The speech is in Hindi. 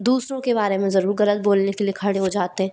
दूसरों के बारे में ज़रूर ग़लत बोलने के लिए खड़े हो जाते हैं